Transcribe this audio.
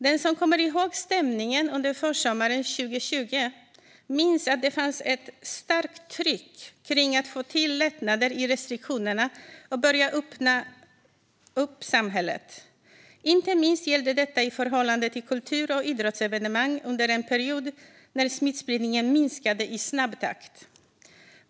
Den som kommer ihåg stämningen under försommaren 2020 minns att det fanns ett starkt tryck kring att få till lättnader i restriktionerna och börja öppna upp samhället. Inte minst gällde detta i förhållande till kultur och idrottsevenemang under en period när smittspridningen minskade i snabb takt.